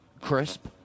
crisp